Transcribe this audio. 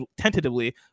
tentatively